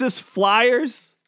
flyers